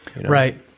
Right